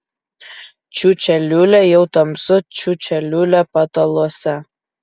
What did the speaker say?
čiūčia liūlia jau tamsu čiūčia liūlia pataluose